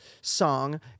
song